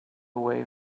way